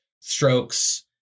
Strokes